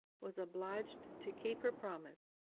was obliged to keep her promise.